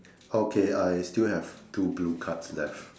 okay I still have two blue cards left